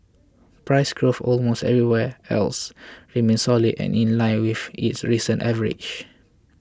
price growth almost everywhere else remained solid and in line with its recent average